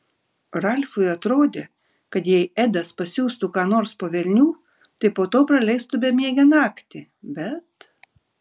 ralfui atrodė kad jei edas pasiųstų ką nors po velnių tai po to praleistų bemiegę naktį bet